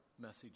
message